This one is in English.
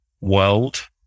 world